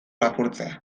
lapurtzea